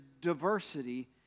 diversity